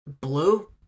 Blue